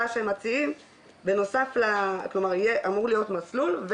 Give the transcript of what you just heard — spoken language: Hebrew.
שהם מציעים בנוסף אמור להיות מסלול,